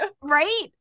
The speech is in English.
right